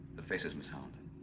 the faces miss hollander